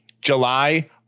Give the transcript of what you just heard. July